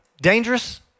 Dangerous